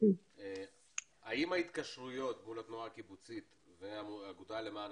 האם ההתקשרויות מול התנועה הקיבוצית והאגודה למען